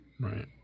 Right